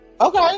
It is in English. Okay